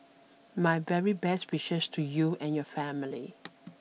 my very best wishes to you and your family